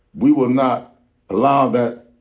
we will not allow that